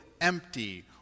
empty